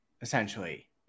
essentially